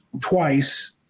twice